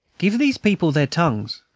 give these people their tongues,